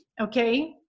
Okay